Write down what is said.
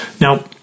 Now